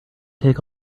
take